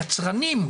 יצרנים,